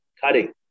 cutting